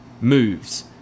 moves